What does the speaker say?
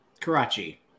Karachi